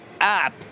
app